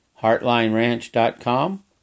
heartlineranch.com